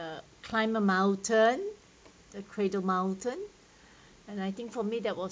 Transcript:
uh climb a mountain the cradle mountain and I think for me that was